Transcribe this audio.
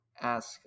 ask